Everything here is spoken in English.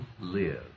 live